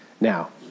now